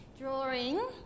drawing